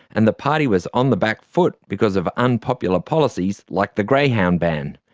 and the party was on the back foot because of unpopular policies like the greyhound ban.